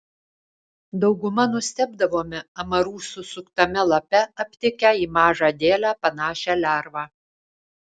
dauguma nustebdavome amarų susuktame lape aptikę į mažą dėlę panašią lervą